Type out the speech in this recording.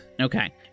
Okay